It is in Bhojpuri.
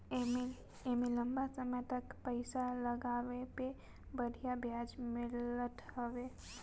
एमे लंबा समय तक पईसा लगवले पे बढ़िया ब्याज मिलत हवे